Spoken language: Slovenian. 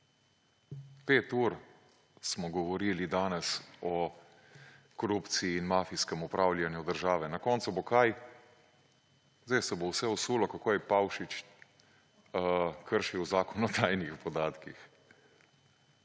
Pet ur smo govorili danes o korupciji in mafijskem upravljanju države. Na koncu bo – kaj? Sedaj se bo vse usulo, kako je Pavšič kršil Zakon o tajnih podatkih,